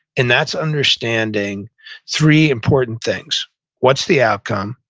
and that's understanding three important things what's the outcome,